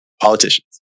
Politicians